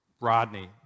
Rodney